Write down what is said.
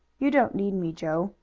you don't need me, joe,